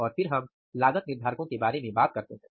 और फिर हम लागत निर्धारकों के बारे में बात करते हैं